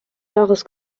jahres